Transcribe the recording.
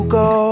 go